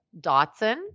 Dotson